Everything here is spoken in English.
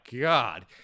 God